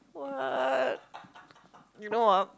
what you know ah